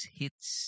hits